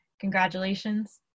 Congratulations